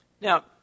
Now